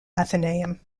athenaeum